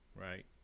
right